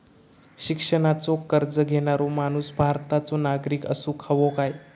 शिक्षणाचो कर्ज घेणारो माणूस भारताचो नागरिक असूक हवो काय?